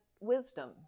wisdom